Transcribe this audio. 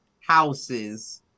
houses